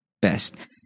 best